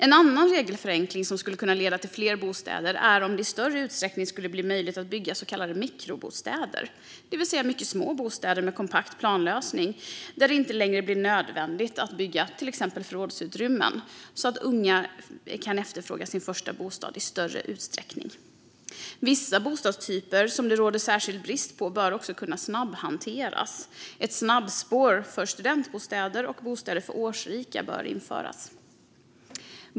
En annan regelförenkling som skulle kunna leda till fler bostäder är om det i större utsträckning skulle bli möjligt att bygga så kallade mikrobostäder, det vill säga mycket små bostäder med kompakt planlösning där det inte längre blir nödvändigt att bygga till exempel förrådsutrymmen. Då kan ungas efterfrågan på en första bostad mötas i större utsträckning. Vissa bostadstyper som det råder särskild brist på bör även kunna snabbhanteras. Ett snabbspår för studentbostäder och bostäder för årsrika bör införas.